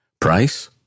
price